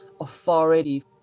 authority